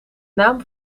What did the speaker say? naam